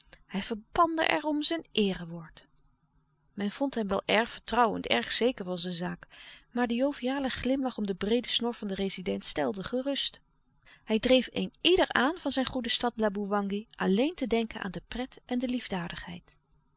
hij verpandde er om zijn eerewoord men vond hem wel erg vertrouwend erg zeker van zijne zaak maar de joviale glimlach om louis couperus de stille kracht de breede snor van den rezident stelde gerust hij dreef een ieder aan van zijn goede stad laboewangi alleen te denken aan de pret en de liefdadigheid